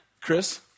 Chris